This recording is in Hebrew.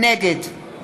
נגד